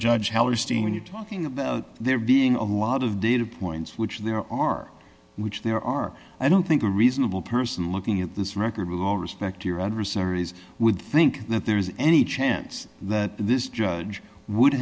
hellerstein you're talking about there being a lot of data points which there are which there are i don't think a reasonable person looking at this record will respect your adversaries would think that there is any chance that this judge would